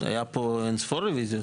היו פה אין ספור רוויזיות.